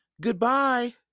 Goodbye